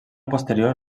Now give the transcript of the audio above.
posterior